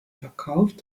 verkauft